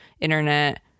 internet